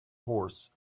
horse